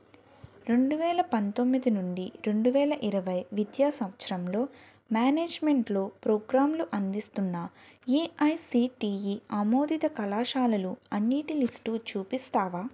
రెండు వేల పంతొమ్మిది నుండి రెండు వేల ఇరవై విద్యా సంవత్సరంలో మ్యానేజ్మెంట్లో ప్రోగ్రాంలు అందిస్తున్న ఏఐసీటీఈ ఆమోదిత కళాశాలలు అన్నింటి లిస్టు చూపిస్తావా